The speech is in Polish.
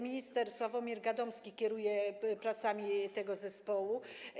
Minister Sławomir Gadomski kieruje pracami tego zespołu.